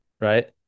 right